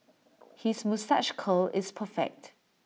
his moustache curl is perfect